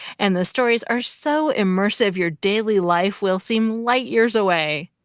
and the stories are so immersive, your daily life will seem lightyears away.